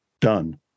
Done